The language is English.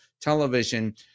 television